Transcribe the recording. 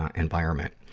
ah environment.